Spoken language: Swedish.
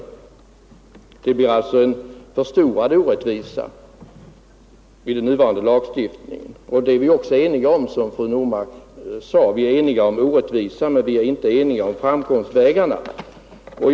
Med den nuvarande lagstiftningen blir orättvisan alltså förstorad, och det är vi också eniga om, som fru Normark sade; vi är eniga om orättvisan, men vi är inte eniga om hur vi skall gå till väga för att minska den.